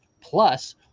Plus